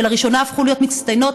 שלראשונה הפכו להיות מצטיינות,